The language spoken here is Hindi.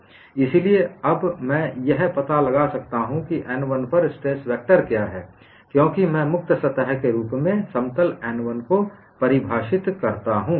इसलिए अब मैं यह पता लगा सकता हूं कि समतल n 1 पर स्ट्रेस वेक्टर क्या है क्योंकि मैं मुक्त सतह के रूप में समतल n 1 को परिभाषित करता हूं